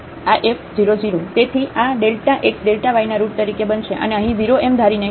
તેથી આ ΔxΔ yના રુટ તરીકે બનશે અને અહીં 0 એમ ધારીને કે 0 છે